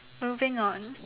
moving on